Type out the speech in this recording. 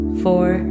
four